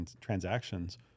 Transactions